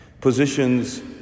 Positions